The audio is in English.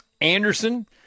Anderson